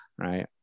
right